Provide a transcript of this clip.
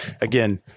again